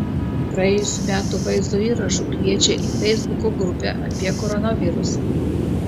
praėjusių metų vaizdo įrašu kviečia į feisbuko grupę apie koronavirusą